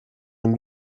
dem